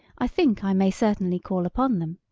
i think i may certainly call upon them,